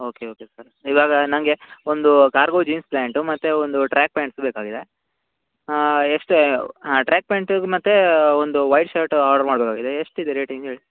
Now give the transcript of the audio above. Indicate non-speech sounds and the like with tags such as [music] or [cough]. okay okay sir ಇವಾಗ ನನಗೆ ಒಂದು ಕಾರ್ಗೋ ಜೀನ್ಸ್ ಪ್ಯಾಂಟು ಮತ್ತು ಒಂದು ಟ್ರ್ಯಾಕ್ ಪ್ಯಾಂಟ್ಸು ಬೇಕಾಗಿದೆ ಎಷ್ಟು ಹಾಂ ಟ್ರ್ಯಾಕ್ ಪ್ಯಾಂಟಿಗೆ ಮತ್ತೆ ಒಂದು ವೈಟ್ ಷರ್ಟ್ ಆರ್ಡ್ರ್ ಮಾಡಬೇಕಾಗಿದೆ ಎಷ್ಟಿದೆ ರೇಟ್ [unintelligible]